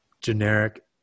generic